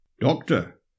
Doctor